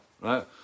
right